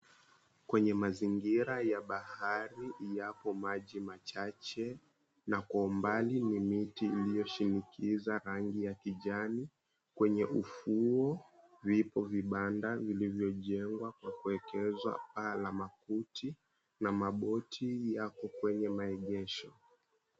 Kwenye mazingira ya bahari, yapo maji machache, na kwa umbali ni miti iliyoshinikiza rangi ya kijani. Kwenye ufuo vipo vibanda vilivyojengwa kwa kuwekeza paa la makuti, na maboti yako kwenye maegesho.